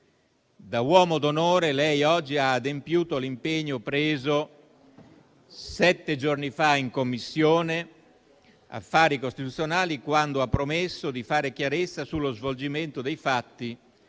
da uomo d'onore lei oggi ha adempiuto all'impegno preso sette giorni fa in Commissione affari costituzionali, quando ha promesso di fare chiarezza sullo svolgimento dei fatti